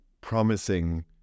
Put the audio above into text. promising